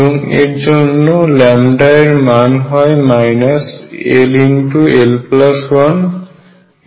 এবং এর জন্য λ এর মান হয় ll122m